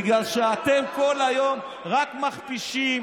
בגלל שאתם כל היום רק מכפישים,